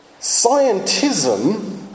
scientism